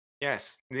Yes